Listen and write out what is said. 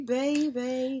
baby